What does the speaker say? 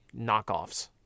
knockoffs